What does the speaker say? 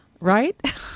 right